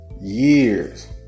years